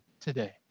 today